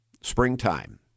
springtime